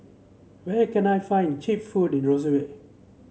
where can I find cheap food in Roseau